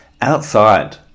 outside